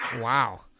wow